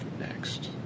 next